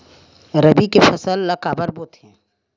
रबी के फसल ला काबर बोथे?